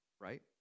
right